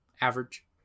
average